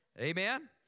amen